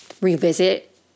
revisit